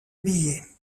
billets